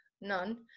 None